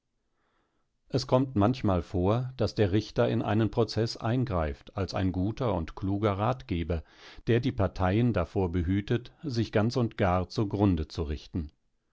es kommt manchmal vor daß der richter in einen prozeß eingreift als ein guter und kluger ratgeber der die parteien davor behütet sich ganz und gar zugrunde zu richten